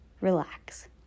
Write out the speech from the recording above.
Relax